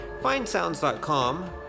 findsounds.com